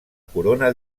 corona